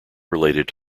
related